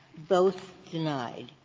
both denied,